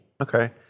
Okay